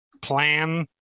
plan